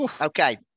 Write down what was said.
Okay